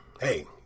Hey